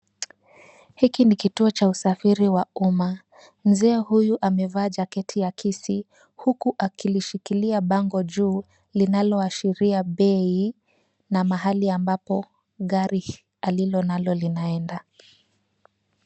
Hiki ni kituo cha usafiri wa umma. Mzee huyu amevaa jaketi akisi huku akilishikilia bango juu linaloashiria bei na mahali ambapo gari hilo nalo linaenda.